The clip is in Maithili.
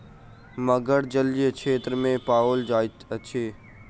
मगर जलीय क्षेत्र में पाओल जाइत अछि